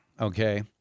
okay